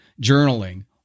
journaling